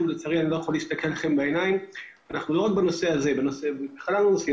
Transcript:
ולצערי אני לא יכול להסתכל לכם בעיניים: בגלל המשמעות הדרמטית של הנושא,